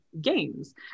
games